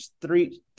three